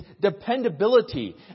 dependability